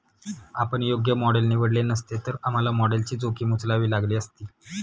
आपण योग्य मॉडेल निवडले नसते, तर आम्हाला मॉडेलची जोखीम उचलावी लागली असती